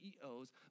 CEOs